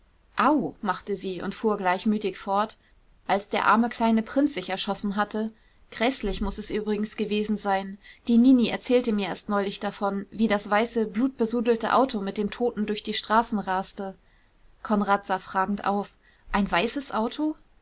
au machte sie und fuhr gleichmütig fort als der arme kleine prinz sich erschossen hatte gräßlich muß es übrigens gewesen sein die nini erzählte mir erst neulich davon wie das weiße blutbesudelte auto mit dem toten durch die straßen raste konrad sah fragend auf ein weißes auto